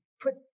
put